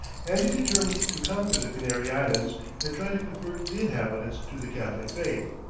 and he determined to conquer the canary islands and try to convert the inhabitants to the catholic faith.